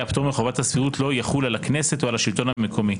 פטור מחובת הסבירות לא יחול על הכנסת או על השלטון המקומי.